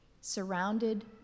surrounded